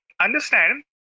understand